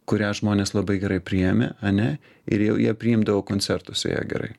kurią žmonės labai gerai priėmė ane ir jau jie priimdavo koncertuose ją gerai